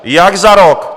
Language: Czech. Jak za rok?